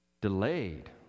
delayed